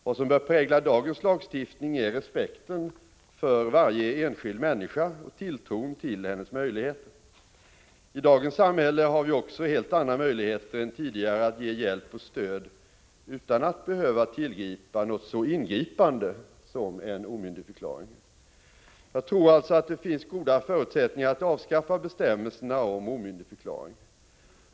Vad som bör prägla dagens lagstiftning är respekten för varje enskild människa och tilltron till hennes möjligheter. I dagens samhälle har vi också helt andra möjligheter än tidigare att ge hjälp och stöd utan att behöva tillgripa något så ingripande som en omyndigförklaring. Jag tror alltså att det finns goda förutsättningar att avskaffa bestämmelserna om omyndigförklaring.